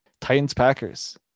Titans-Packers